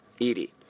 Edie